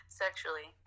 sexually